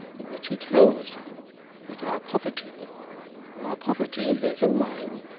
in which he tells you that our poverty our poverty his and mine,